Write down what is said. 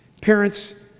Parents